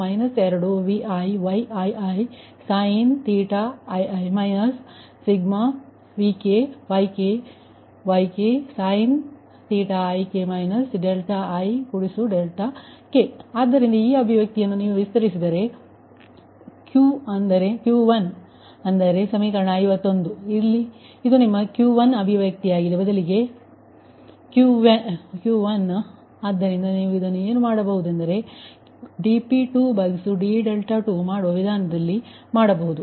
dQidVi 2ViYiiii k1 k≠inVkYkYik ik ik ಆದ್ದರಿಂದ ಈ ಅಭಿವ್ಯಕ್ತಿಯನ್ನು ನೀವು ವಿಸ್ತರಿಸಿದರೆ ಈ ಅಭಿವ್ಯಕ್ತಿ Qi ಅಂದರೆ ಸಮೀಕರಣ 51 ಇದು ನಿಮ್ಮ Q1 ಅಭಿವ್ಯಕ್ತಿಯಾಗಿದೆ ಬದಲಿಗೆ Qi ಆದ್ದರಿಂದ ಅದನ್ನು ನೀವು ಏನು ಮಾಡಲು ಬಯಸುತ್ತೀರಿ ಅದನ್ನು dP2d2 ಮಾಡುವ ವಿಧಾನದಲ್ಲಿ ಮಾಡಬಹುದು